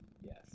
yes